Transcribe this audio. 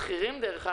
השכירים, דרך אגב,